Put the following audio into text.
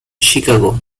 chicago